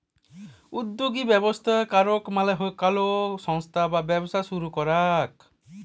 উদ্যগী ব্যবস্থা করাক মালে কলো সংস্থা বা ব্যবসা শুরু করাক